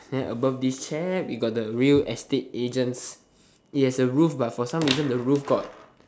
then above this chair we got the real estate agent it has a roof but somehow the roof got